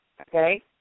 okay